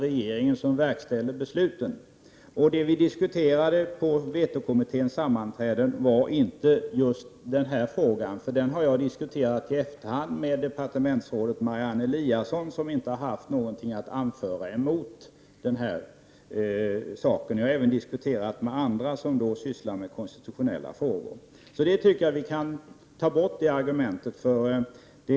Regeringen verkställer besluten. Det vi diskuterade på vetokommitténs sammanträden var inte just denna fråga. Denna fråga har jag nämligen diskuterat i efterhand med departementsrådet Marianne Eliason, som inte har haft någonting att anföra mot detta. Jag har även diskuterat med andra som sysslar med konstitutionella frågor. Jag tycker att vi kan ta bort det argumentet som Nils Nordh anförde.